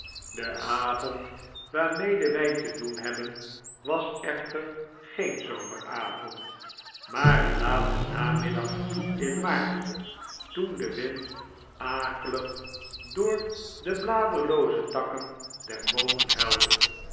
de avond waarmede wij te doen hebben was echter geen zomeravond maar een laten namiddag in maart toen de wind akehg door deaderlooze takken der boomen huilde